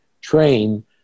train